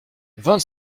vingt